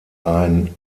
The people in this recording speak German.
ein